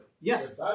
Yes